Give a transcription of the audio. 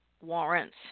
warrants